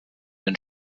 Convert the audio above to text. den